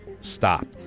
stopped